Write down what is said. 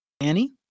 Annie